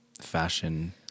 fashion